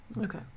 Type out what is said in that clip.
Okay